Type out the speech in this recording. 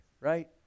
right